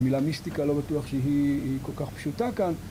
המילה מיסטיקה לא בטוח שהיא כל כך פשוטה כאן